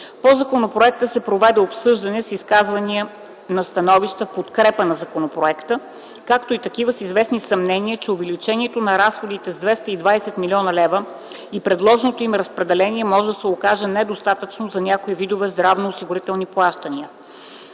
По законопроекта се проведе обсъждане с изказвания на становища в подкрепа на законопроекта, както и такива с известни съмнения, че увеличението на разходите с 220 млн. лв. и предложеното им разпределение може да се окаже недостатъчно за някои видове здравноосигурителни плащания.